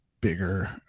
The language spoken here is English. bigger